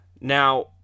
Now